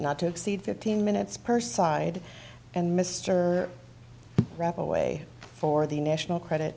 not to exceed fifteen minutes per side and mr rob away for the national credit